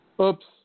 Oops